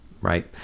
Right